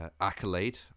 accolade